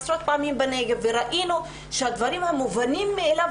סיירנו עשרות פעמים בנגב וראינו שהדברים המובנים מאליהם